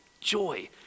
joy